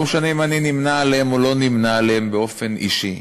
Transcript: לא משנה אם אני נמנה עמם או לא נמנה עמם באופן אישי.